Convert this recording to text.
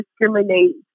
discriminate